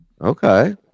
Okay